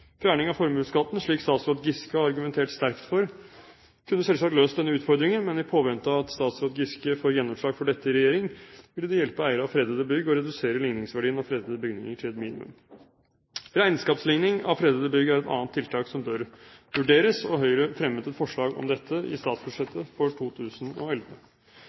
Fjerning av formuesskatten, slik statsråd Giske har argumentert sterkt for, kunne selvsagt løst denne utfordringen, men i påvente av at statsråd Giske får gjennomslag for dette i regjering, ville det hjelpe eiere av fredede bygg å redusere ligningsverdien av fredede bygninger til et minimum. Regnskapsligning av fredede bygg er et annet tiltak som bør vurderes, og Høyre fremmet et forslag om dette i forbindelse med statsbudsjettet for 2011.